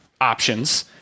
options